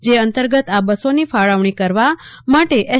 જે અંતર્ગત આ બસોની ફાળવણી કરવા માટે એસ